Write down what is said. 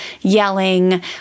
yelling